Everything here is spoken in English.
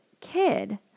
kid